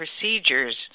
procedures